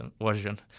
version